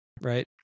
right